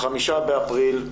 ב-5 באפריל,